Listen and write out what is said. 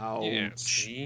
Yes